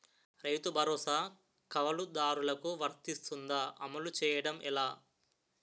రైతు భరోసా కవులుదారులకు వర్తిస్తుందా? అమలు చేయడం ఎలా